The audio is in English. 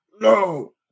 No